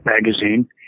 magazine